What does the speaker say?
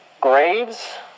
Graves